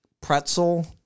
pretzel